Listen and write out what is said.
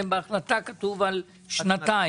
על פי שבהחלטה שלכם כתוב שאחרי שנתיים?